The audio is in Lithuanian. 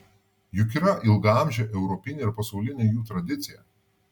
juk yra ilgaamžė europinė ir pasaulinė jų tradicija